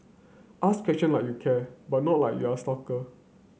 ask question like you care but not like you're a stalker